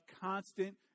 constant